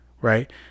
Right